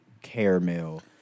caramel